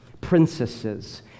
princesses